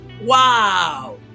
Wow